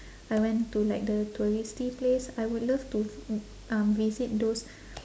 I went to like the touristy place I would love to um visit those